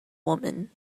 woman